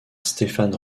stéphane